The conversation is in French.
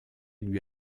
lui